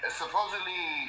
supposedly